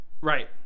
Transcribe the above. Right